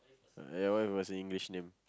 uh what if it was an english name